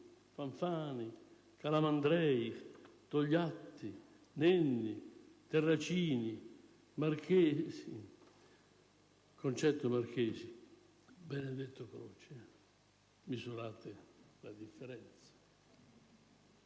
Fanfani, Calamandrei, Togliatti, Nenni, Terracini, Concetto Marchesi, Benedetto Croce: misurate la differenza!